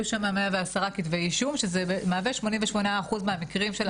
שם 110 כתבי אישום שזה מהווה 88 אחוז מהמקרים.